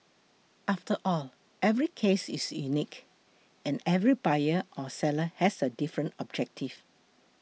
after all every case is unique and every buyer or seller has a different objective